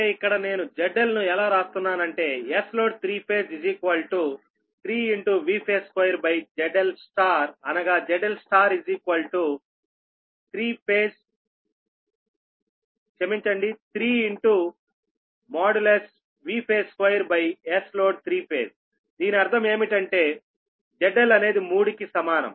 అంటే ఇక్కడ నేను ZL ను ఎలా రాస్తున్నానంటే Sload3Φ 3 Vphase2ZLఅనగా ZL 3 Vphase2Sload3∅దీని అర్థం ఏమిటంటే ZL అనేది 3 కి సమానం